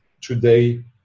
today